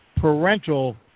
parental